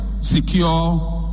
secure